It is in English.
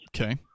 Okay